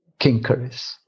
Kinkaris